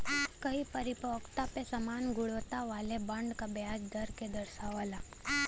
कई परिपक्वता पे समान गुणवत्ता वाले बॉन्ड क ब्याज दर के दर्शावला